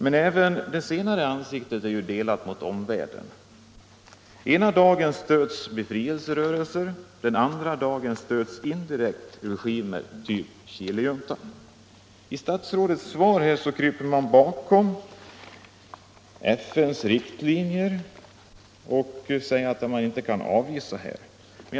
Men även det senare ansiktet mot omvärlden är delat. Ena dagen stöds befrielserörelser, andra dagen stöds indirekt regimer av typ Chilejuntan. Statsrådet kryper i sitt svar bakom FN:s riktlinjer och säger att man inte kan avvisa sökande för att de kommer från Chile.